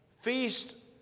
feast